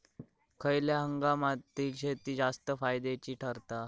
खयल्या हंगामातली शेती जास्त फायद्याची ठरता?